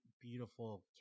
beautiful